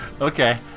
Okay